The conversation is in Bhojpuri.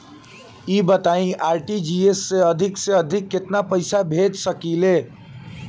ई बताईं आर.टी.जी.एस से अधिक से अधिक केतना पइसा भेज सकिले?